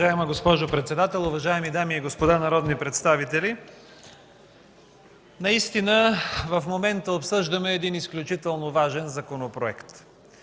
Уважаема госпожо председател, уважаеми дами и господа народни представители! Наистина в момента обсъждаме един изключително важен законопроект.